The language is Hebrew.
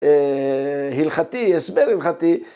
‫הלכתי, הסבר הלכתי.